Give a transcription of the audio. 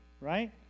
right